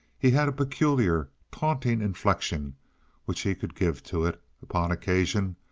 he had a peculiar, taunting inflection which he could give to it, upon occasion,